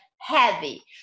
heavy